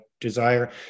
desire